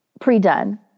pre-done